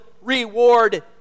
reward